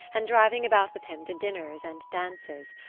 and driving about with him to dinners and dances,